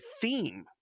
theme